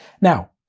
Now